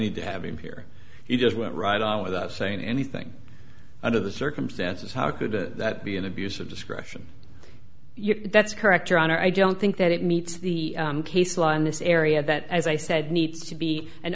need to have him here he just went right on without saying anything under the circumstances how could that be an abuse of discretion yes that's correct your honor i don't think that it meets the case law in this area that as i said needs to be an